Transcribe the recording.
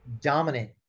dominant